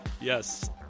yes